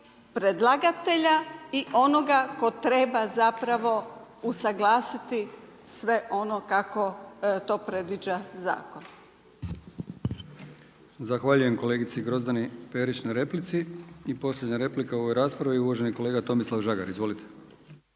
predlagatelja i onoga ko treba zapravo usaglasiti sve ono kako to predviđa zakon. **Brkić, Milijan (HDZ)** Zahvaljujem kolegici Grozdani Perić na replici. I posljednja replika u ovoj raspravi uvaženi kolega Tomislav Žagar. Izvolite.